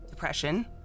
depression